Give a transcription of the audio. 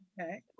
Okay